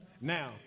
Now